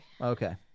Okay